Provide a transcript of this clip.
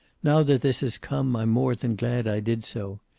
now that this has come i'm more than glad i did so.